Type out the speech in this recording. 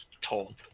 told